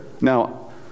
Now